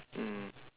mm